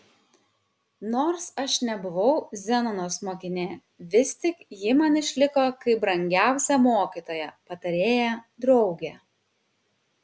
nors aš nebuvau zenonos mokinė vis tik ji man išliko kaip brangiausia mokytoja patarėja draugė